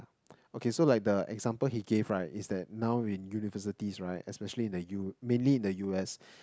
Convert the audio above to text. okay so like the example he gave right is that now in universities right especially in the U~ mainly in the U_S